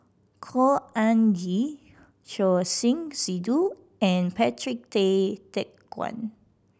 Khor Ean Ghee Choor Singh Sidhu and Patrick Tay Teck Guan